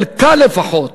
חלקה לפחות